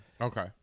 Okay